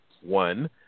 one